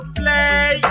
play